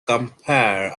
compare